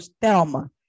Thelma